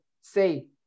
say